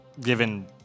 given